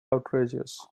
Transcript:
outrageous